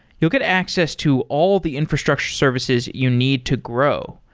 you'll get access to all the infrastructure services you need to grow.